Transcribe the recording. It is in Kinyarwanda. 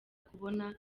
kubona